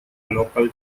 local